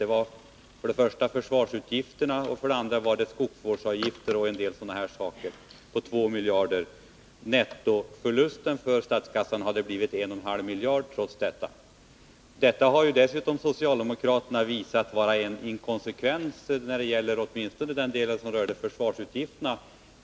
De gällde för det första försvarsutgifterna och för det andra skogsvårdsavgifter och en del andra sådana saker och uppgick till 2 miljarder. Nettoförlusten för statskassan hade blivit 1,5 miljarder, trots detta. Socialdemokraterna har ju dessutom visat att detta är inkonsekvent — åtminstone när det gäller den del som skulle täckas av en minskning av försvarsutgifterna.